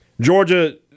Georgia